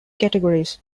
categories